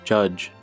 Judge